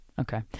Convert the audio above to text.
Okay